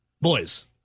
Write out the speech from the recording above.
boys